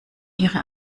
ihre